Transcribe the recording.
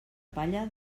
palla